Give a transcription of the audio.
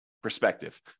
Perspective